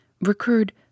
recurred